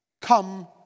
come